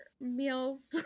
meals